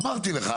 אמרתי לך,